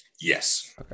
yes